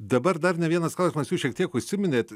dabar dar ne vienas klausimas jūs šiek tiek užsiminėt